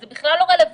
זה בכלל לא רלוונטי,